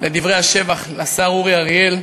לדברי השבח לשר אורי אריאל.